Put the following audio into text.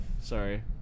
Sorry